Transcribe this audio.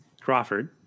Crawford